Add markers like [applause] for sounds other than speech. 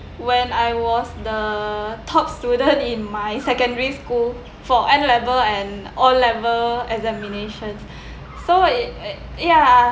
when I was the top student [laughs] in my secondary school for N level and O level examination so ya